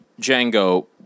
Django